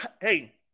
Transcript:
hey